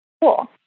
cool